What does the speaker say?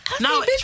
No